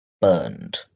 burned